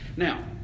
Now